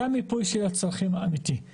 זה המיפוי האמיתי של הצרכים.